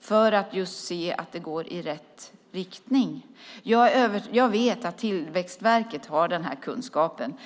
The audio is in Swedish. för att se att det går i rätt riktning? Jag vet att Tillväxtverket har den kunskapen.